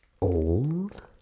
old